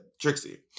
Trixie